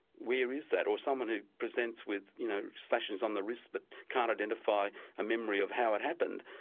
where is that? or someone who presents with you know slashes on the wrist but can't identify a memory of how it happened?